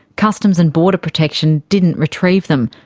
customs and border protection didn't retrieve them,